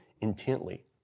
intently